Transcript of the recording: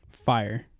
Fire